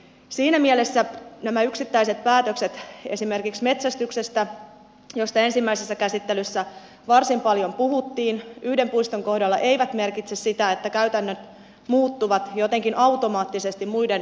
siinä mielessä nämä yksittäiset päätökset esimerkiksi metsästyksestä josta ensimmäisessä käsittelyssä varsin paljon puhuttiin yhden puiston kohdalla eivät merkitse sitä että käytännöt muuttuvat jotenkin automaattisesti muiden puistojen suhteen